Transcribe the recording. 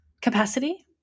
capacity